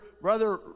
Brother